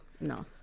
no